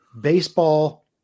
Baseball